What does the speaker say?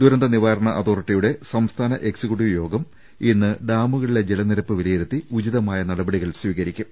ദുരന്ത നിവാരണ അതോറിറ്റിയുടെ സംസ്ഥാന എക്സിക്യൂട്ടീവ് യോഗം ഇന്ന് ഡാമുകളിലെ ജലനിരപ്പ് വിലയിരുത്തി ഉചിതമായ നടപടികൾ സ്വീകരിക്കും